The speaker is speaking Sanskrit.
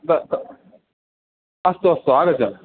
अस्तु अस्तु अस्तु आगच्छामि